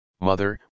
mother